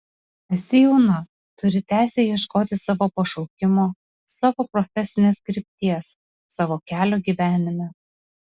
esi jauna turi teisę ieškoti savo pašaukimo savo profesinės krypties savo kelio gyvenime